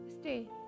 stay